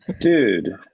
Dude